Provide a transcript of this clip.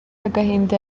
agahinda